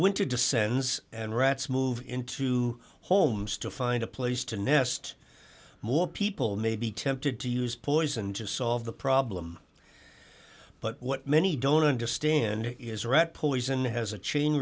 winter descends and rats move into homes to find a place to nest more people may be tempted to use poison to solve the problem but what many don't understand is rat poison has a chain